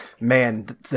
man